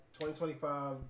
2025